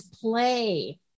play